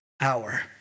hour